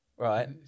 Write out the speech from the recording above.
Right